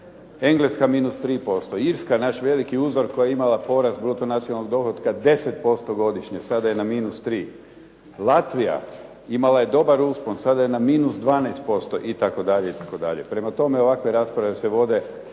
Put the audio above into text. Engleska minus 3%, Irska naš veliki uzor koja je imala porast bruto nacionalnog dohotka 10% godišnje sada je na minus 3. Latvija imala je dobar uspon sada je na minus 12% itd.